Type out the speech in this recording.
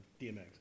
DMX